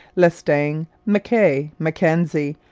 lestang, m'kay, mackenzie,